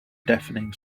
deafening